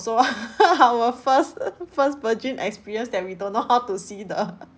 also our first first virgin experience that we don't know how to see the